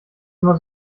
immer